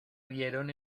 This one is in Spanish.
vieron